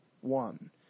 one